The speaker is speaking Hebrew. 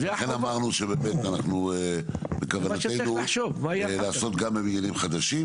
לכן אמרנו שבכוונתנו לעשות גם בבניינים חדשים,